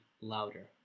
louder